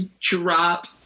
drop